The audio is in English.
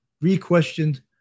re-questioned